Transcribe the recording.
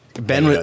Ben